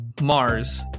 Mars